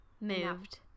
Moved